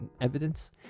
evidence